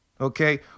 okay